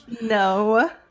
No